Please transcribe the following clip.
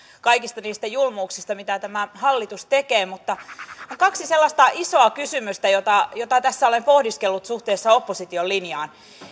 kaikista niistä julmuuksista mitä tämä hallitus tekee on kaksi sellaista isoa kysymystä joita tässä olen pohdiskellut suhteessa opposition linjaan